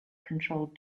controlled